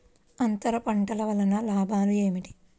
అంతర పంటల వలన లాభాలు ఏమిటి?